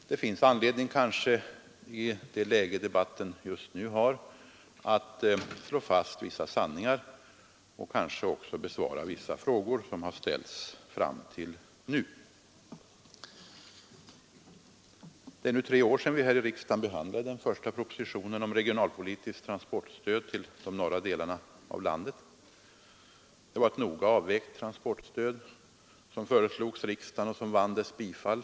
Det finns kanske i den aktuella debattsituationen anledning att slå fast vissa sanningar och kanske också att besvara vissa frågor som har ställts under debatten. Det är nu tre år sedan vi här i riksdagen behandlade propositionen om regionalpolitiskt transportstöd till de norra delarna av landet. Det var ett noga avvägt transportstöd som föreslogs riksdagen och vann dess bifall.